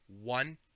one